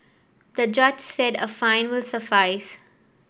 the judge said a fine will suffice